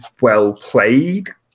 well-played